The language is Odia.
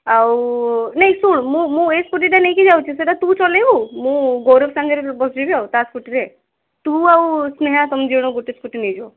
ଆଉ ନାହିଁ ଶୁଣ୍ ମୁଁ ଏଇ ସ୍କୁଟିଟା ନେଇକି ଯାଉଛି ସେଇଟା ତୁ ଚଲେଇବୁ ମୁଁ ଗୌରବ ସାଙ୍ଗରେ ବସିଯିବି ଆଉ ତା ସ୍କୁଟିରେ ତୁ ଆଉ ସ୍ନେହା ତମେ ଦୁଇ ଜଣ ଗୋଟେ ସ୍କୁଟି ନେଇଯିବ